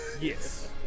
Yes